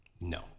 No